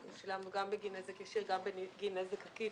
אנחנו שילמנו גם בגין נזק ישיר וגם בגין נזק עקיף,